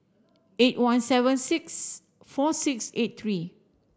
eight one seven six four six eight three